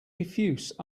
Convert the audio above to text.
diffuse